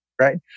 right